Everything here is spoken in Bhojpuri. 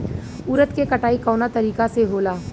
उरद के कटाई कवना तरीका से होला?